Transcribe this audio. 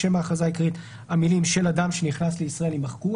בשם ההכרזה העיקרית המילים "של אדם שנכנס לישראל" יימחקו.